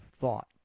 thought